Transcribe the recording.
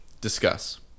Discuss